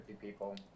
people